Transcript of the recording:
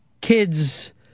kids